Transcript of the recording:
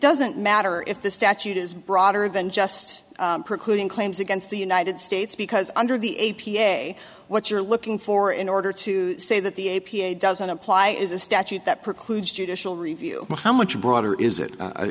doesn't matter if the statute is broader than just precluding claims against the united states because under the a p a what you're looking for in order to say that the a p a doesn't apply is a statute that precludes judicial review how much broader is it